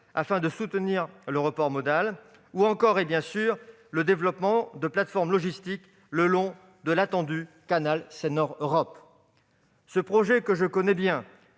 afin de soutenir le report modal. Je pense aussi, bien sûr, au développement de plateformes logistiques le long de l'attendu canal Seine-Nord Europe. Ce projet, que je connais bien